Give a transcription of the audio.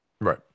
Right